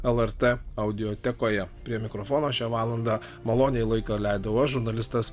lrt audiotekoje prie mikrofono šią valandą maloniai laiką leidau aš žurnalistas